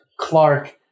Clark